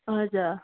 हजुर